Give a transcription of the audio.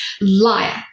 Liar